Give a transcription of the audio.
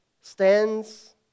stands